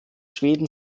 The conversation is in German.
schweden